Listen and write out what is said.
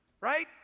right